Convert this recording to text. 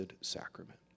sacrament